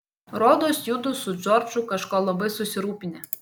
rodos judu su džordžu kažko labai susirūpinę